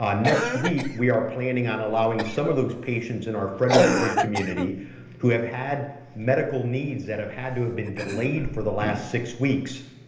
next week we are planning on allowing some of those patients in our fredericksburg community who have had medical needs that have had to have been delayed for the last six weeks,